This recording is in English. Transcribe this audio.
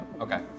Okay